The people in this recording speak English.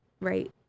right